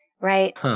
right